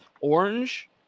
orange